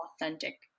authentic